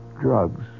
Drugs